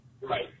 Right